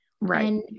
Right